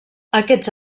aquests